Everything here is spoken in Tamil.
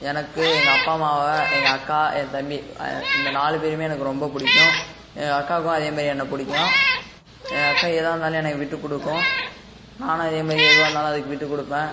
எனக்கு எங்கள் அப்பா அம்மாவை எங்கள் அக்கா என் தம்பி இந்த நாலு பேருமே எனக்கு ரொம்ப பிடிக்கும் எங்கள் அக்காவுக்கும் அதே மாதிரி என்னை பிடிக்கும் எங்கள் அக்கா எதாக இருந்தாலும் எனக்கு விட்டு கொடுக்கும் நானும் அதே மாதிரி எதுவாக இருந்தாலும் அதுக்கு விட்டு கொடுப்பேன்